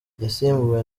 yasimbuwe